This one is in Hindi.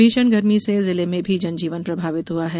भीषण गर्मी से जिले में भी जनजीवन प्रभावित हुआ है